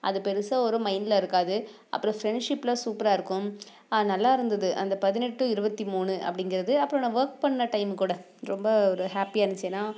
அது பெரிசா ஒரு மைண்டில் இருக்காது அப்புறம் ஃபிரெண்ட்ஷிப்லாம் சூப்பராக இருக்கும் நல்லாயிருந்துது அந்த பதினெட்டு இருபத்தி மூணு அப்படிங்கிறது அப்புறம் நான் ஒர்க் பண்ண டைம் கூட ரொம்ப ஒரு ஹேப்பியாக இருந்துச்சு ஏனால்